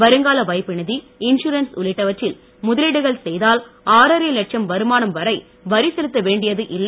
வருங்கால வைப்பு நிதி அ இன்சூரன்ஸ் உள்ளிட்டவற்றில் முதலீடுகள் செய்தால் ஆறரை லட்சம் வருமானம் வரை வரி செலுத்தவேண்டியது இல்லை